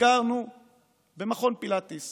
ביקרנו במכון פילאטיס